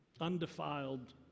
undefiled